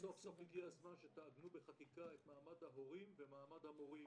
סוף-סוף הגיע הזמן שתעגנו בחקיקה את מעמד המורים ואת מעמד ההורים.